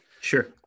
Sure